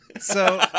so-